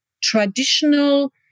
traditional